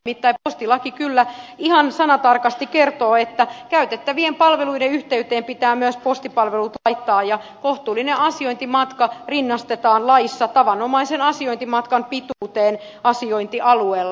nimittäin postilaki kyllä ihan sanatarkasti kertoo että käytettävien palveluiden yhteyteen pitää myös postipalvelut laittaa ja kohtuullinen asiointimatka rinnastetaan laissa tavanomaisen asiointimatkan pituuteen asiointialueella